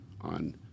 on